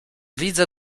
widzę